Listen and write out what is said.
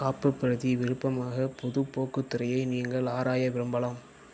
காப்புப்பிரதி விருப்பமாக பொதுப் போக்குத்துறையே நீங்கள் ஆராய விரும்பலாம்